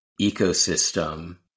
ecosystem